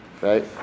Right